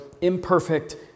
imperfect